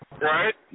right